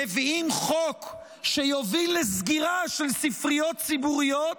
מביאים חוק שיוביל לסגירה של ספריות ציבוריות,